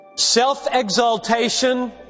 self-exaltation